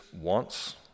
wants